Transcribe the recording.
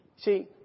See